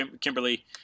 Kimberly